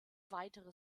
weitere